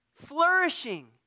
Flourishing